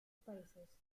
países